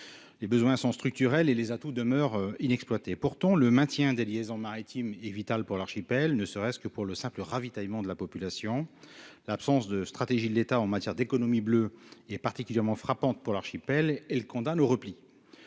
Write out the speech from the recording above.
les besoins sont structurels et les atouts demeurent inexploités pourtant le maintien des liaisons maritimes est vital pour l'archipel, ne serait-ce que pour le simple ravitaillement de la population, l'absence de stratégie de l'État en matière d'économie bleue est particulièrement frappante pour l'archipel et le condamne au repli